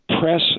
press